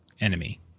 enemy